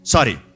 Sorry